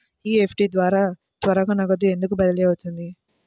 NEFT ద్వారా త్వరగా నగదు బదిలీ ఎందుకు అవుతుంది?